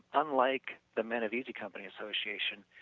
unlike the men of easy company association,